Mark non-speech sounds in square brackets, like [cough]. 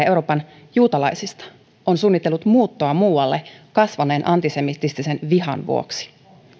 [unintelligible] euroopan juutalaisista on suunnitellut muuttoa muualle kasvaneen antisemitistisen vihan vuoksi